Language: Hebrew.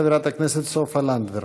חברת הכנסת סופה לנדבר.